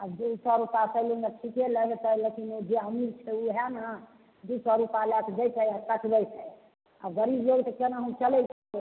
आ दू सए रूपा सैलूनमे ठीके लै छै पाइ लेकिन जे अमीर छै ओएह ने दू सए रूपा लैके जैतै आ कटबैतै आ गरीब लोग तऽ केनाहू चलैत छै